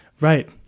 Right